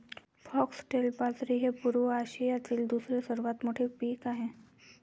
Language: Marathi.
फॉक्सटेल बाजरी हे पूर्व आशियातील दुसरे सर्वात मोठे पीक आहे